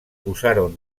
usaron